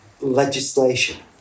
legislation